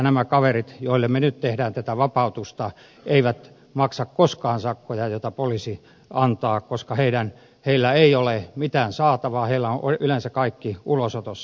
nämä kaverit joille me nyt teemme tätä vapautusta eivät maksa koskaan sakkoja joita poliisi antaa koska heillä ei ole mitään saatavaa heillä on yleensä kaikki ulosotossa